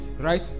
right